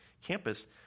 campus